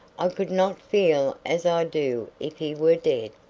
i could not feel as i do if he were dead.